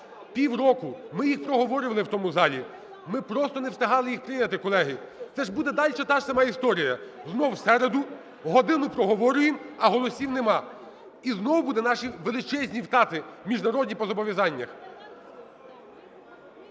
Півроку ми їх проговорювали в тому залі, ми просто не встигали їх прийняти, колеги. Це ж буде дальше та ж сама історія. Знов в середу годину проговорюємо, а голосів нема. І знову будуть наші величезні втрати міжнародні по зобов'язаннях.